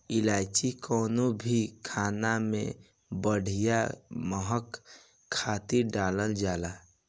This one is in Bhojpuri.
इलायची कवनो भी खाना में बढ़िया महक खातिर डालल जाला